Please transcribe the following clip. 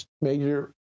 major